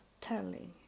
telling